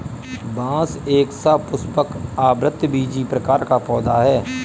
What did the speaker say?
बांस एक सपुष्पक, आवृतबीजी प्रकार का पौधा है